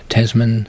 Tasman